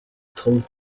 told